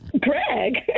Greg